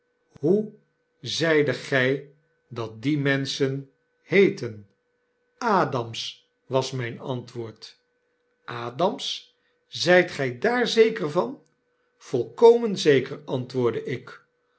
hoe zeidet gfl dat die menschen heeten adams was myn antwoord n adams zgt gfl daar zeker van volkomen zeker antwoordde ik